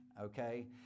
okay